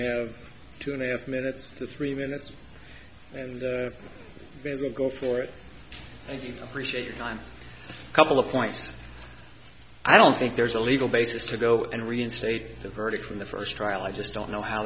have two and a half minutes to three minutes and we'll go for it thank you appreciate your time a couple of points i don't think there's a legal basis to go and reinstate the verdict in the first trial i just don't know how